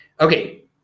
okay